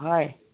হয়